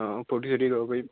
অঁ ফুৰ্তি চুৰ্তি কৰিব পাৰিম